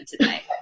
today